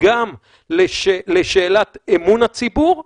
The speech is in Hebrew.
גם לשאלת אמון הציבור,